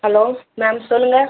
hello ma'am சொல்லுங்கள்